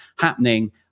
happening